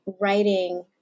writing